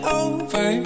over